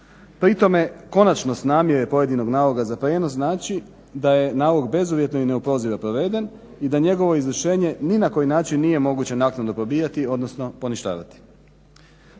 Pri tome konačnost namjere pojedinog naloga za prijenos znači da je nalog bezuvjetno i neopozivo proveden i da njegovo izvršenje ni na koji način nije moguće naknadno pobijati, odnosno poništavati.